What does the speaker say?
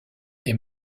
est